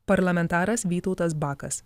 parlamentaras vytautas bakas